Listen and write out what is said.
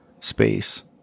space